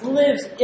lives